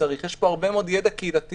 יש פה הרבה מאוד ידע קהילתי